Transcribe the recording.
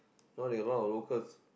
now there a lot of locals